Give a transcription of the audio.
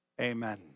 Amen